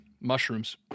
Mushrooms